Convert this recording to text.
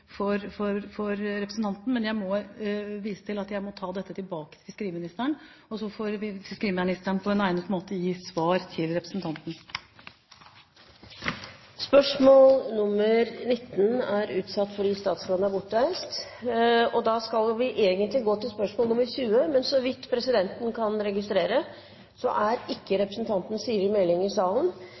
for øvrig må jeg bare si, og jeg forstår at det ikke er et tilfredsstillende svar for representanten, at jeg må ta dette tilbake til fiskeriministeren, og så får fiskeriministeren på en egnet måte gi svar til representanten. Dette spørsmålet er utsatt fordi statsråden er bortreist. Dette spørsmålet utgår, da presidenten ikke kan registrere at representanten er i salen.